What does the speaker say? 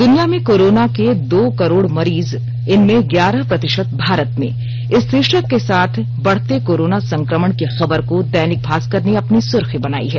दुनिया में कोरोना के दो करोड़ मरीज इनमें ग्यारह प्रतिशत भारत में इस शीर्षक के साथ बढ़ते कोरोना संक्रमण की खबर को दैनिक भास्कर ने अपनी सुर्खी बनाई है